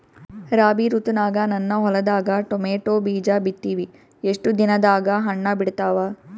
ರಾಬಿ ಋತುನಾಗ ನನ್ನ ಹೊಲದಾಗ ಟೊಮೇಟೊ ಬೀಜ ಬಿತ್ತಿವಿ, ಎಷ್ಟು ದಿನದಾಗ ಹಣ್ಣ ಬಿಡ್ತಾವ?